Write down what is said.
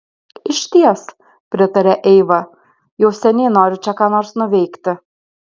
išties pritarė eiva jau seniai noriu čia ką nors nuveikti